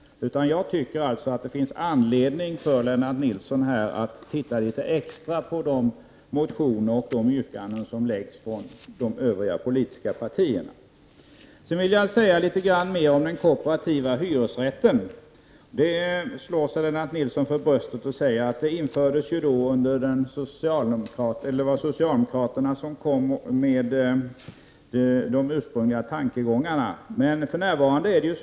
Jag tycker att det finns anledning för Lennart Nilsson att titta litet extra på de motioner och yrkanden som de övriga politiska partierna har avgett. Lennart Nilsson slog sig för bröstet och sade att det var socialdemokraterna som kom med de ursprungliga tankegångarna om den kooperativa hyresrätten.